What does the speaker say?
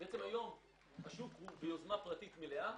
השוק היום הוא ביוזמה פרטית מלאה.